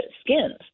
skins